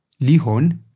Lihon